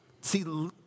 See